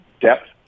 depth